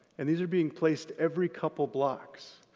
and these are being placed every couple of blocks.